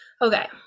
Okay